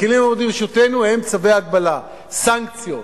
הכלים העומדים לרשותנו הם צווי הגבלה, סנקציות,